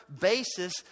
basis